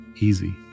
easy